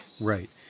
Right